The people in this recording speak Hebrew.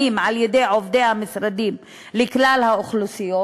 על-ידי עובדי המשרדים לכלל האוכלוסיות?